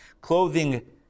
clothing